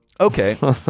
okay